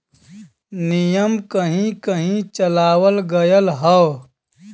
नियम कहीं कही चलावल गएल हौ